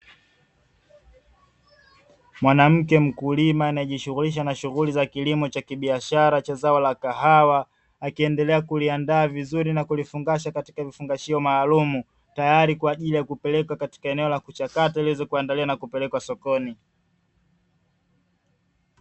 Mwanamke mkulima anayejishughulisha na shughuli za kilimo cha kibiashara cha zao la kahawa, akiendelea kuliandaa vizuri na kulifungasha katika vifungashio maalumu, tayari kwa ajili ya kupeleka katika eneo la kuchakata ili liweze kuandaliwa na kupelekwa sokoni.